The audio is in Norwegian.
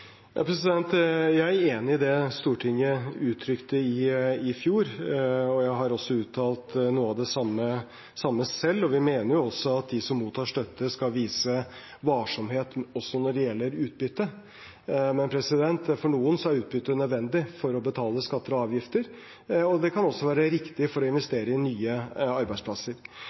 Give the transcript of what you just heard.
Jeg er enig i det Stortinget uttrykte i fjor, og jeg har også uttalt noe av det samme selv. Vi mener jo også at de som mottar støtte, skal vise varsomhet også når det gjelder utbytte. Men for noen er utbytte nødvendig for å betale skatter og avgifter, og det kan også være riktig for å investere i nye arbeidsplasser.